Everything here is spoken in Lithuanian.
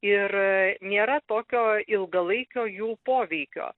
ir nėra tokio ilgalaikio jų poveikio